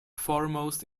foremost